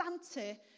Santa